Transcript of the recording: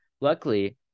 Luckily